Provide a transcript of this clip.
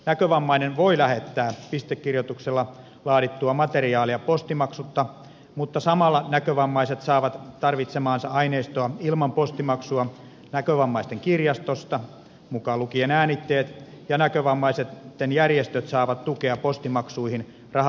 näkövammainen voi lähettää pistekirjoituksella laadittua materiaalia postimaksutta mutta samalla näkövammaiset saavat tarvitsemaansa aineistoa ilman postimaksua näkövammaisten kirjastosta mukaan lukien äänitteet ja näkövammaisten järjestöt saavat tukea postimaksuihin raha automaattiyhdistykseltä